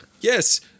Yes